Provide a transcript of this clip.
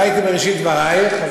לא הייתי בראשית דברייך,